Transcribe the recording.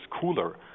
cooler